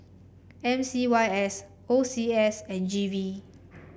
M C Y S O C S and G V